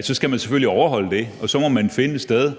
så skal man selvfølgelig overholde det, og så må man finde et sted,